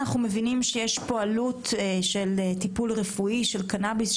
אנחנו מבינים שיש עלות של טיפול רפואי בקנביס,